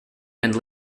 and